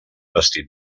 vestit